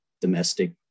domestic